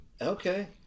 Okay